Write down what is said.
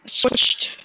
switched